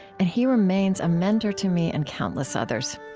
and he remains a mentor to me and countless others.